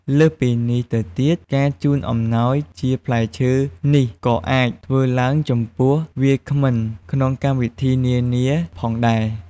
លើសពីនេះទៅទៀត ការជូនអំណោយជាផ្លែឈើនេះក៏អាចធ្វើឡើងចំពោះ វាគ្មិនក្នុងកម្មវិធីនានាផងដែរ។